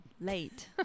late